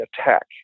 attack